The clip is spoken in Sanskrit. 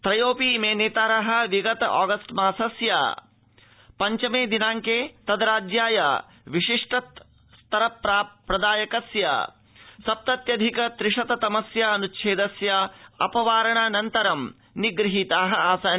त्रयोऽपि इमे नेतार विगत ऑगस्ट मासस्य पञ्चमे दिनाड़के तद्राज्याय विशिष्ट स्तर प्रदायकस्य सप्तत्यधिक त्रिशत तमस्य अन्च्छेदस्य अपवारणानन्तरं निगृहीता आसन्